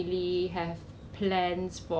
but then I think hor 有些人